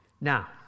Now